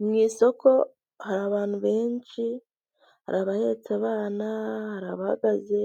Mu isoko hari abantu benshi, hari abahetse abana, hari abahagaze